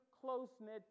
close-knit